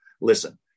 Listen